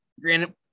Granted